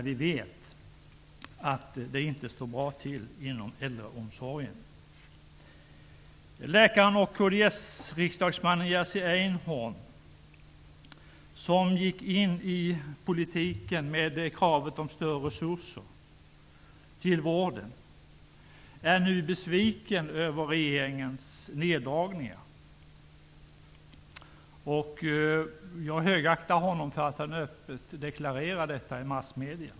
Vi vet ju att det inte står bra till inom äldreomsorgen. Läkaren och kds-riksdagsmannen Jerzy Einhorn, som gick in i politiken med kravet om större resurser till vården, är nu besviken över regeringens nerdragningar. Jag högaktar honom för att han öppet deklarerar detta i massmedierna.